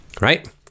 Right